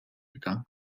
gegangen